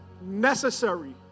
necessary